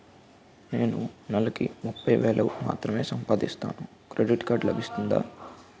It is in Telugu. నేను నెల కి ముప్పై వేలు మాత్రమే సంపాదిస్తాను క్రెడిట్ కార్డ్ లభిస్తుందా?